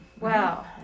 Wow